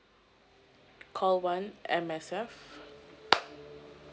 call one M_S_F